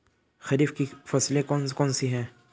खरीफ की फसलें कौन कौन सी हैं?